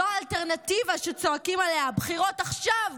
זו האלטרנטיבה שצועקים עליה "בחירות עכשיו",